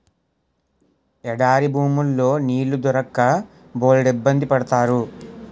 ఎడారి భూముల్లో నీళ్లు దొరక్క బోలెడిబ్బంది పడతారు